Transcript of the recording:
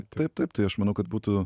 taip taip tai aš manau kad būtų